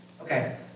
Okay